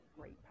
great